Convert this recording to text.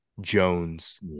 Jones